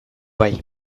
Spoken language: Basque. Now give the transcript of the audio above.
bai